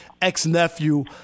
ex-nephew